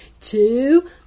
two